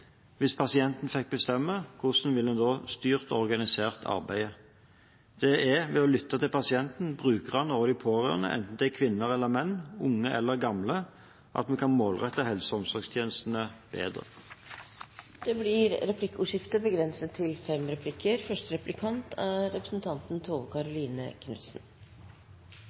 Hvis pasienten fikk bestemme – hvordan ville vi da ha styrt og organisert arbeidet? Det er ved å lytte til pasientene, brukerne og de pårørende – enten de er kvinner eller menn, unge eller gamle – at vi kan målrette helse- og omsorgstjenestene bedre. Det blir replikkordskifte.